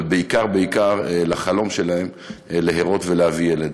אבל בעיקר בעיקר לחלום שלהן להרות ולהביא ילד.